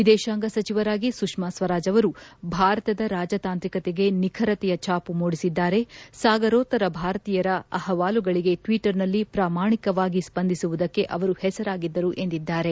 ವಿದೇಶಾಂಗ ಸಚಿವರಾಗಿ ಸುಷ್ತಾ ಸ್ವರಾಜ್ ಅವರು ಭಾರತದ ರಾಜತಾಂತ್ರಿಕತೆಗೆ ನಿಖರತೆಯ ಛಾಪು ಮೂಡಿಸಿದ್ದಾರೆ ಸಾಗರೋತ್ತರ ಭಾರತೀಯರ ಅಹವಾಲುಗಳಿಗೆ ಟ್ವಟರ್ನಲ್ಲಿ ಪ್ರಾಮಾಣಿಕವಾಗಿ ಸ್ವಂದಿಸುವುದಕ್ಕೆ ಅವರು ಹೆಸರಾಗಿದ್ದರು ಎಂದಿದ್ದಾರೆ